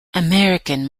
american